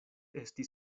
esti